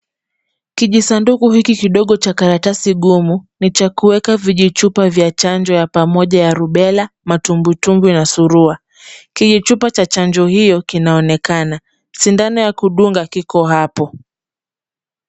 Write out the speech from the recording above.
Kijisanduku hiki kidogo cha karatasi gumu ni cha kuweka vijichupa vya chanjo ya pamoja ya rubella , matumbwitumbwi na Surua. Kijichupa cha chanjo hiyo kinaonekana, sindano ya kudunga iko hapo.